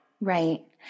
Right